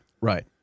right